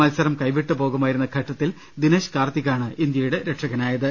മത്സരം കൈവിട്ടുപോകുമായിരുന്ന ഘട്ടത്തിൽ ദിനേശ് കാർത്തികാണ് ഇന്ത്യയുടെ രക്ഷകനായത്